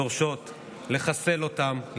דורשות לחסל אותם,